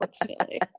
unfortunately